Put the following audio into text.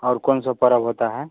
और कौन से पर्व होता है